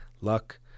luck